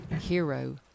hero